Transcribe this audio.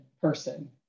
person